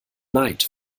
neid